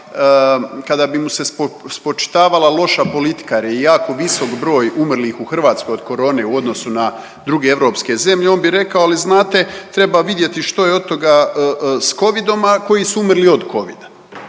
kada bi mu se spočitavala loša politika jer je jako visok broj umrlih u Hrvatskoj od korone u odnosu na druge europske zemlje, on bi rekao ali znate treba vidjeti što je od toga s Covidom, a koji su umrli od Covida.